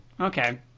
Okay